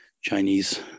Chinese